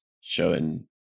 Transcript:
showing